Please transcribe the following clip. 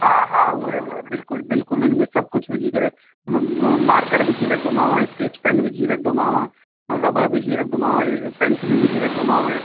हा हा उहे उहे बिल्कुलु बिल्कुलु हुन में सभु कुझु विझी करे हुन में म मार्कर विझी रखंदोमांव स्केच पेन विझी रखंदोमांव ऐं रॿड़ विझी रखंदोमांव ऐं ऐं पैंसिलियूं विझी रखंदोमांव